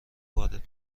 وارد